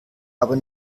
aber